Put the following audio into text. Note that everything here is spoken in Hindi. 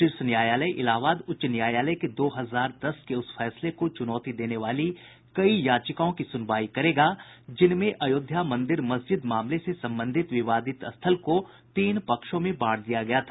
शीर्ष न्यायालय इलाहाबाद उच्च न्यायालय के दो हजार दस के उस फैसले को चुनौती देने वाली कई याचिकाओं की सुनवाई करेगा जिनमें अयोध्या मंदिर मस्जिद मामले से संबंधित विवादित स्थल को तीन पक्षों में बांट दिया गया था